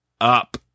up